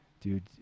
dude